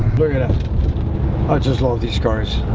we're gonna i just love these cars